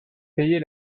payez